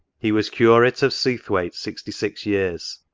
he was curate of seathwaite sixty-six years.